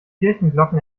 kirchenglocken